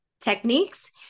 techniques